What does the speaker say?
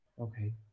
okay